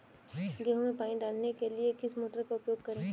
गेहूँ में पानी डालने के लिए किस मोटर का उपयोग करें?